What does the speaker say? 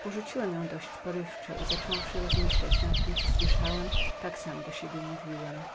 porzuciłem ją dość porywczo i zacząwszy rozmyślać nad tem co słyszałem tak sam do siebie mówiłem